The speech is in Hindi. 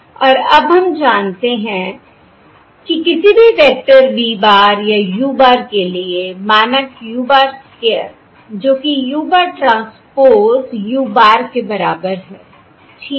और अब हम जानते हैं कि किसी भी वेक्टर v bar या u bar के लिए मानक u bar स्क्वेयर जो कि u bar transpose u bar के बराबर है ठीक है